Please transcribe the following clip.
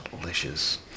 delicious